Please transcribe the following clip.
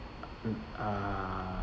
uh